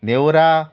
Neora